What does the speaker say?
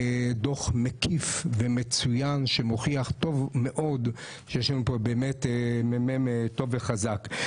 דוח מקיף ומצוין שמוכיח טוב מאוד שיש לנו פה באמת מ.מ.מ טוב וחזק.